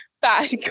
bad